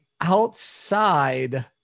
outside